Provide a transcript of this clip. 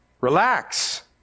Relax